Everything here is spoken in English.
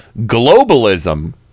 globalism